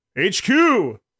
HQ